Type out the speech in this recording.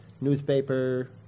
newspaper